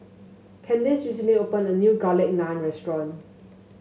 Kandace recently opened a new Garlic Naan Restaurant